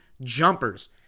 jumpers